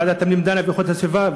ועדת הפנים דנה באיכות הסביבה,